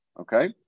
Okay